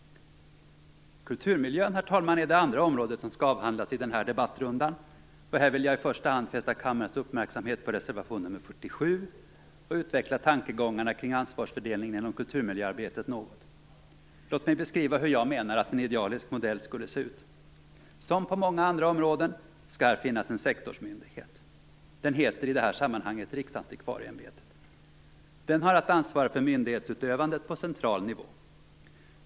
Kulturmiljön, herr talman, är det andra området som skall avhandlas i den här debattrundan. Här vill jag i första hand fästa kammarens uppmärksamhet på reservation nr 47 och utveckla tankegångarna kring ansvarsfördelningen inom kulturmiljöarbetet något. Låt mig beskriva hur jag menar att en idealisk modell skulle se ut. Som på så många andra områden skall det finnas en sektorsmyndighet. Den heter i det här sammanhanget Riksantikvarieämbetet. Den har att ansvara för myndighetsutövandet på central nivå.